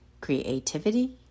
creativity